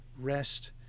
rest